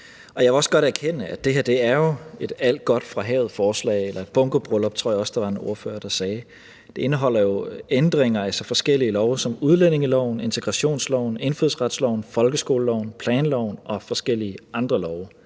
Jeg vil også godt erkende, at det her er et alt godt fra havet-forslag, eller et bunkebryllup, som jeg også tror der var en ordfører der sagde. Det indeholder jo ændringer af så forskellige love som udlændingeloven, integrationsloven, indfødsretsloven, folkeskoleloven, planloven og forskellige andre love.